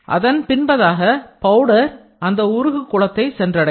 அதன் பின்பாக பவுடர் அந்த உருகு குளத்தை சென்றடையும்